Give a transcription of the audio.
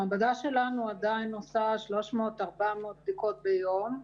המעבדה שלנו עדיין עושה 400-300 בדיקות ביום.